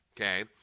Okay